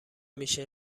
میشه